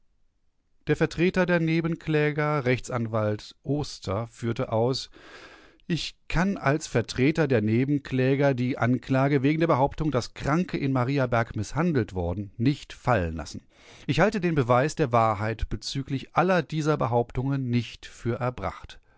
der vertreter der nebenkläger rechtsanwalt oster führte aus ich kann als vertreter der nebenkläger die anklage wegen der behauptung daß kranke in mariaberg mißhandelt worden nicht fallen lassen ich halte den beweis der wahrheit bezüglich aller dieser behauptungen nicht für erbracht